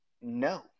No